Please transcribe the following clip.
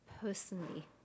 personally